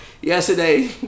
yesterday